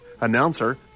announcer